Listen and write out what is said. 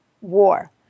war